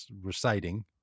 reciting